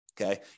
Okay